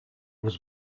was